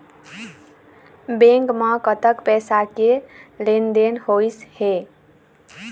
Bank म कतक पैसा के लेन देन होइस हे?